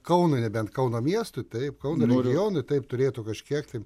kaunui nebent kauno miestui taip kauno regijonui taip turėtų kažkiek tai